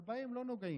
אבל בהם לא נוגעים.